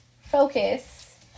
focus